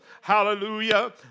Hallelujah